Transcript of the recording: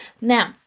Now